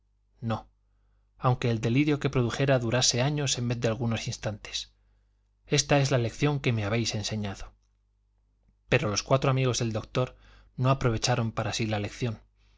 no aunque el delirio que produjera durase años en vez de algunos instantes ésta es la lección que me habéis enseñado pero los cuatro amigos del doctor no aprovecharon para sí la lección